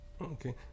Okay